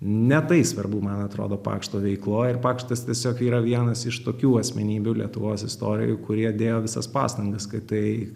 ne tai svarbu man atrodo pakšto veikloj ir pakštas tiesiog yra vienas iš tokių asmenybių lietuvos istorijoj kurie dėjo visas pastangas kad tai